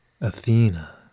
Athena